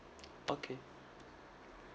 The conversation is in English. okay